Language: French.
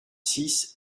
six